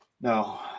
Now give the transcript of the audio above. No